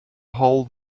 hole